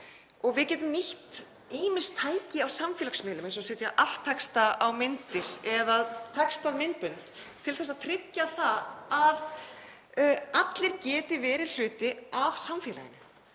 og við getum nýtt ýmis tæki á samfélagsmiðlum eins og að setja alt-texta á myndir eða textað myndbönd til að tryggja það að allir geti verið hluti af samfélaginu,